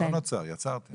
לא נוצר, יצרתם.